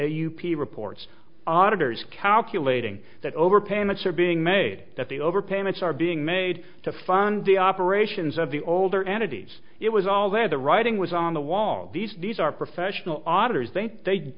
p reports auditors calculating that over payments are being made at the overpayments are being made to fund the operations of the older entities it was all there the writing was on the wall these these are professional auditors they they